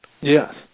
Yes